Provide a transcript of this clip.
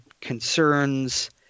concerns